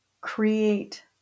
create